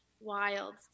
wild